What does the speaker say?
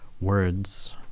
words